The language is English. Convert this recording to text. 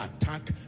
attack